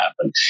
happen